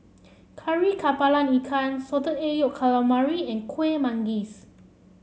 Kari kepala Ikan Salted Egg Yolk Calamari and Kueh Manggis